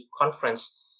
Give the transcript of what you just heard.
conference